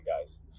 guys